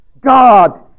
God